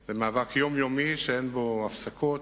הוא מאבק יומיומי שאין בו הפסקות.